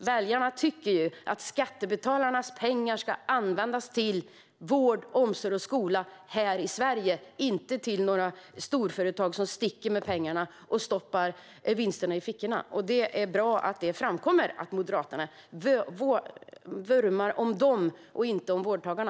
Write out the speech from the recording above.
Väljarna tycker att skattebetalarnas pengar ska användas till vård, omsorg och skola här i Sverige, inte till några storföretag som sticker med pengarna och stoppar vinsterna i fickorna. Det är bra att det framkommer att Moderaterna vurmar för dem, inte för vårdtagarna.